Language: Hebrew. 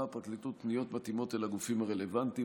הפרקליטות פניות מתאימות אל הגופים הרלוונטיים,